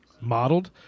modeled